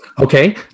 Okay